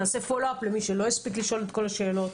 נעשה המשך דיון למי שלא הספיק לשאול את כל השאלות.